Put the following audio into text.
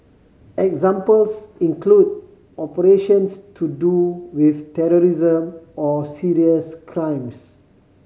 examples include operations to do with terrorism or serious crimes